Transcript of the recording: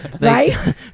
right